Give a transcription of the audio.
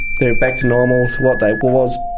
they're back to normal, what they was,